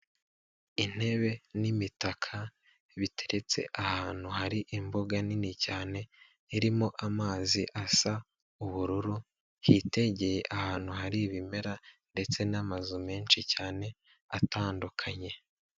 Intebe n'imitaka biteretse ahantu hari imbuga nini cyane irimo amazi asa ubururu, hitegeye ahantu hari ibimera ndetse n'amazu menshi cyane atandukanye.